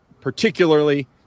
particularly